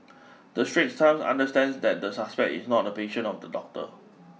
the Straits Times understands that the suspect is not a patient of the doctor